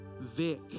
Vic